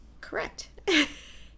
Correct